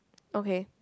okay